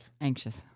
anxious